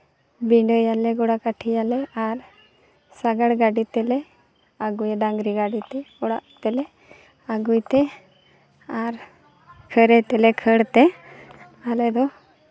ᱵᱤᱰᱟᱺᱭᱟᱞᱮ ᱜᱚᱲᱟ ᱠᱟᱹᱴᱷᱤᱭᱟᱞᱮ ᱟᱨ ᱥᱟᱜᱟᱲ ᱜᱟᱹᱰᱤ ᱛᱮᱞᱮ ᱟᱹᱜᱩᱭᱟ ᱰᱟᱹᱝᱨᱤ ᱜᱟᱹᱰᱤ ᱛᱮ ᱚᱲᱟᱜ ᱛᱮᱞᱮ ᱟᱹᱜᱩᱭ ᱛᱮ ᱟᱨ ᱠᱷᱟᱹᱨᱟᱹᱭ ᱛᱮᱞᱮ ᱠᱷᱟᱹᱲ ᱛᱮ ᱟᱞᱮ ᱫᱚ